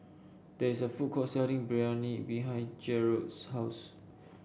there is a food court selling Biryani behind Jerod's house